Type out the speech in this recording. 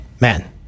man